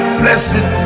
blessed